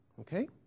okay